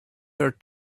her